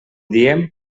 diem